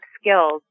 skills